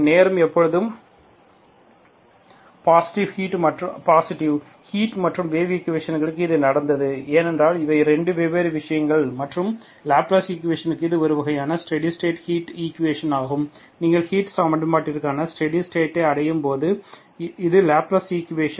நேரம் எப்போதும் positive heat மற்றும் வேவ் ஈக்குவேஷன்களுக்கு இது நடந்தது ஏனென்றால் இவை 2 வெவ்வேறு விஷயங்கள் மற்றும் லாப்லஸ் ஈக்குவேஷனுக்கு இது ஒரு வகையான ஸ்டெடி ஸ்டேட் ஹீட் ஈக்குவேஷன் ஆகும் நீங்கள் ஹீட் சமன்பாட்டிற்கான ஸ்டெடி ஸ்டேட் அடையும் போது அது லாப்லஸ் ஈக்குவேஷன்